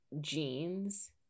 jeans